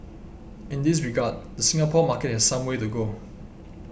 in this regard the Singapore market has some way to go